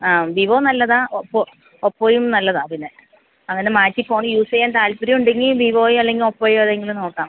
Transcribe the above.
ആ വിവോ നല്ലതാ ഒപ്പോ പ്പോയും നല്ലതാ പിന്നെ അങ്ങനെ മാറ്റി ഫോൺ യൂസ് ചെയ്യാൻ താൽപ്പര്യം ഉണ്ടെങ്കിൽ വിവോയോ അല്ലെങ്കിൽ ഒപ്പോയോ ഏതെങ്കിലും നോക്കാം